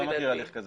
לפי דעתי.